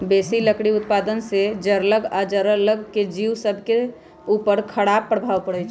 बेशी लकड़ी उत्पादन से जङगल आऽ जङ्गल के जिउ सभके उपर खड़ाप प्रभाव पड़इ छै